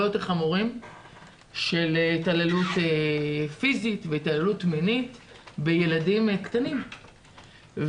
יותר חמורים של התעללות פיזית והתעללות מינית בילדים קטנים,